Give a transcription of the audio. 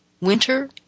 Winter